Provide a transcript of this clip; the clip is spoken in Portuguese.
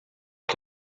que